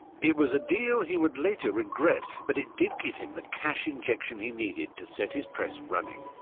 it was a deal he would later regret, but it did give him the cash injection he needed to set his press running.